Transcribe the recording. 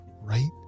right